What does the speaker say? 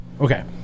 okay